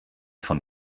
von